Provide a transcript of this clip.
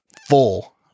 full